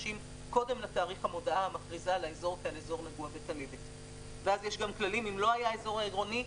שהמודעה תבוטל: א.אם היה האזור אזור עירוני: